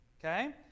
Okay